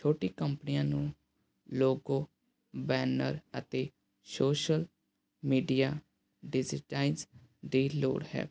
ਛੋਟੀ ਕੰਪਨੀਆਂ ਨੂੰ ਲੋਗੋ ਬੈਨਰ ਅਤੇ ਸ਼ੋਸ਼ਲ ਮੀਡੀਆ ਡਿਜ਼ੀਟਾਈਸ ਦੀ ਲੋੜ ਹੈ